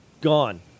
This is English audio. gone